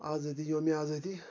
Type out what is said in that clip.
آزٲدی یومہِ آزٲدی